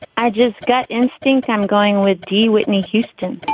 i just gut instinct. i'm going with de whitney houston